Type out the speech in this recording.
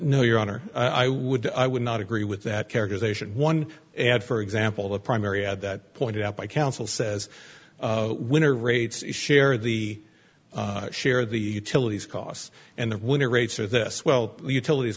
no your honor i would i would not agree with that characterization one and for example the primary ad that pointed out by counsel says winner rates share the share the utilities costs and the winner rates are this well utilities